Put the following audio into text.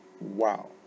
Wow